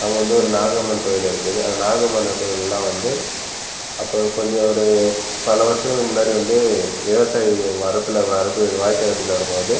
அங்கே வந்து ஒரு நாக அம்மன் கோவில் ஒன்று இருக்குது நாக அம்மன் கோவிலுலாம் வந்து அப்போ கொஞ்சம் ஒரு பல வருஷங்களுக்கு முன்னாடி வந்து விவசாயிகள் வரப்பில் வரப்பு வாய்க்கால் வெட்டிட்டு வரும்போது